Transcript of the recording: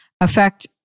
affect